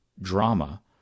drama